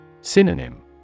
Synonym